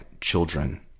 children